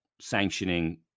sanctioning